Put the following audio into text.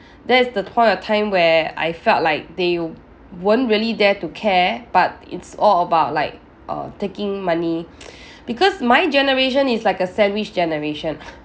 that's the point of time where I felt like they weren't really there to care but it's all about like uh taking money because my generation is like a sandwich generation